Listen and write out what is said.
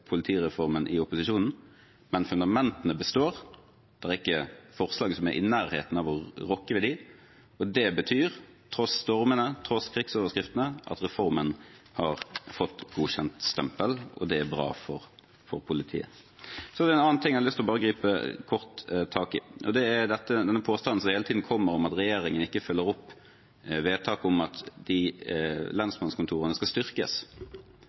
er i nærheten av å rokke ved dem. Det betyr – tross stormene, tross krigsoverskriftene – at reformen har fått godkjentstempel, og det er bra for politiet. Så er det en annen ting jeg har lyst til å gripe tak i, og det er denne påstanden som hele tiden kommer, om at regjeringen ikke følger opp vedtaket om at lensmannskontorene skal styrkes.